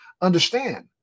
understand